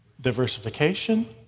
Diversification